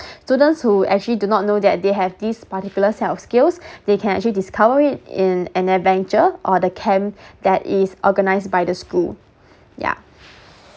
students who actually do not know that they have these particular set of skills they can actually discover it in an adventure or the camp that is organised by the school yeah